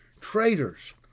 traitors